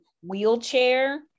wheelchair